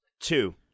Two